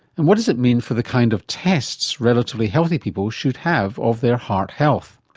and what does it mean for the kind of tests relatively healthy people should have of their heart health?